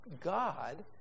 God